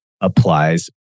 applies